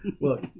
Look